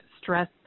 stress